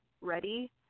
ready